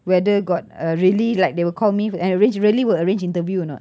whether got uh really like they will call me and arrange really will arrange interview or not